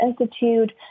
Institute